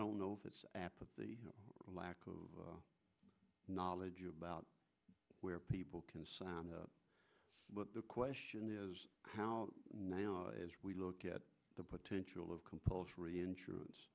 don't know if that's the lack of knowledge about where people can sound but the question is how now as we look at the potential of compulsory insurance